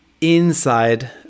inside